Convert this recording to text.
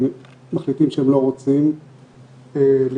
שמחליטים שהם לא רוצים להישאר,